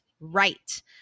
Right